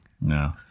No